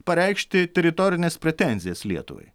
pareikšti teritorines pretenzijas lietuvai